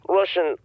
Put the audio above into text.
Russian